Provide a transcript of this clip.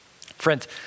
Friends